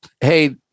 hey